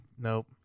nope